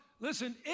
listen